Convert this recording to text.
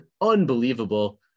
unbelievable